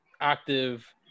active